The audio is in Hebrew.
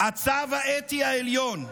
"הצו האתי העליון,